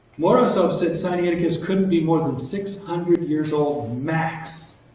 morozov said sinaiticus couldn't be more than six hundred years old, max.